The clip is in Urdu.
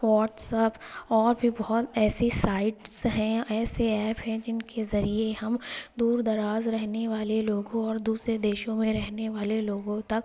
واٹس ایپ اور بھی بہت ایسی سائٹس ہیں ایسے ایپ ہیں جن کے ذریعے ہم دور دراز رہنے والے لوگوں اور دوسرے دیشوں میں رہنے والے لوگوں تک